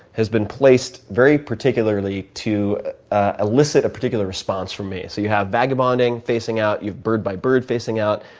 has been placed very particularly to ah illicit a particular response from me. so you have vagabonding facing out, you have bird by bird facing out,